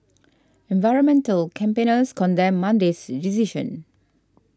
environmental campaigners condemned Monday's decision